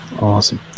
Awesome